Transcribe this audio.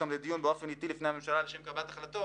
לדיון באופן עיתי לפני הממשלה לשם קבלת החלטות.